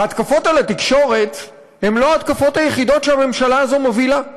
ההתקפות על התקשורת הן לא ההתקפות היחידות שהממשלה הזו מובילה.